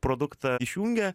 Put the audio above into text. produktą išjungia